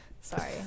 sorry